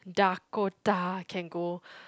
Dakota can go